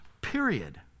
period